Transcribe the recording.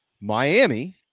Miami